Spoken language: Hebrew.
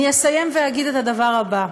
אני אסיים ואגיד את הדבר הבא: